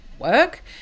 work